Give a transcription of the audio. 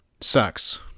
sucks